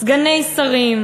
סגני שרים,